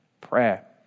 prayer